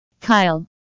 kyle